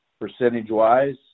percentage-wise